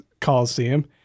Coliseum